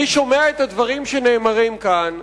אני שומע את הדברים שנאמרים כאן,